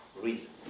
reason